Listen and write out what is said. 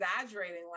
exaggerating